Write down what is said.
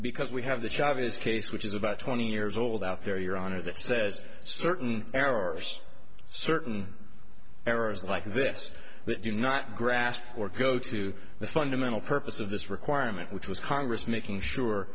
because we have the job his case which is about twenty years old out there your honor that says certain errors certain errors like this do not grasp or go to the fundamental purpose of this requirement which was congress making sure